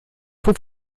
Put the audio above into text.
fue